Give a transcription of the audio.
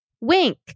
wink